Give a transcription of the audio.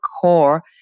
core